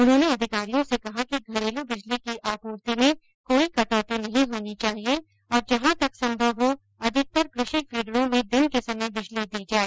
उन्होंने अधिकारियों से कहा कि घरेलू बिजली की आपूर्ति में कोई कटौती नहीं होनी चाहिए और जहां तक संभव हो अधिकतर कृषि फीडरों में दिन के समय बिंजली दी जाए